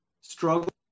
struggle